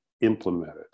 implemented